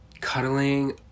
cuddling